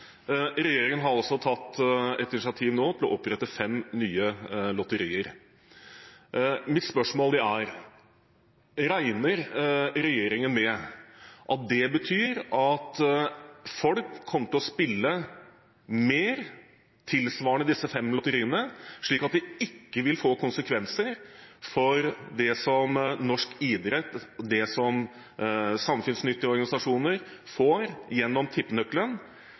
Regjeringen har nå tatt et initiativ til å opprette fem nye lotterier. Mitt spørsmål er: Regner regjeringen med at dette betyr at folk kommer til å spille mer – tilsvarende disse fem lotteriene – slik at det ikke vil få konsekvenser for det som norsk idrett og samfunnsnyttige organisasjoner får gjennom